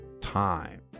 time